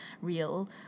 real